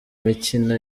mikino